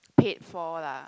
paid for lah